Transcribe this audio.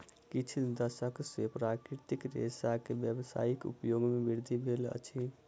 किछ दशक सॅ प्राकृतिक रेशा के व्यावसायिक उपयोग मे वृद्धि भेल अछि